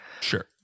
Sure